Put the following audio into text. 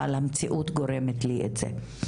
אבל המציאות גורמת לי את זה.